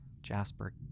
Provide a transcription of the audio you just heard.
Jasper